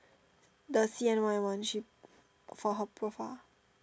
the C_N_Y one she for her profile